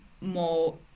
more